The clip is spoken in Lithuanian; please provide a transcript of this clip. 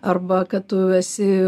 arba kad tu esi